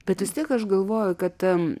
bet vis tiek aš galvoju kad